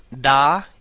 da